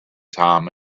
time